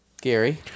Gary